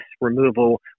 removal